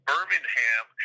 Birmingham